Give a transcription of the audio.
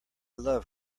love